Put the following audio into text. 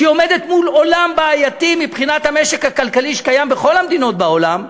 שעומדת מול עולם בעייתי מבחינת המשק הכלכלי שקיים בכל המדינות בעולם,